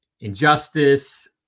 injustice